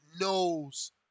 knows